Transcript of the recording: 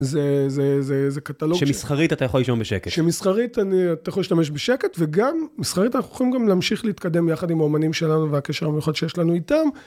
זה... זה... זה קטלוג... שמסחרית אתה יכול לישון בשקט. שמסחרית אני... אתה יכול להשתמש בשקט, וגם, מסחרית אנחנו יכולים גם להמשיך להתקדם יחד עם האמנים שלנו והקשר המיוחד שיש לנו איתם.